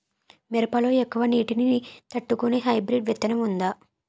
మిరప లో ఎక్కువ నీటి ని తట్టుకునే హైబ్రిడ్ విత్తనం వుందా?